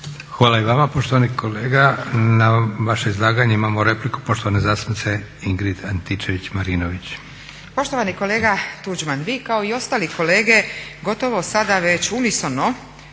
Hvala i vama poštovani kolega. Na vaše izlaganje imamo repliku poštovane zastupnice Ingrid Antičević-Marinović.